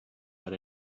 had